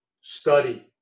Study